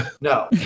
no